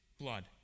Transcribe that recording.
blood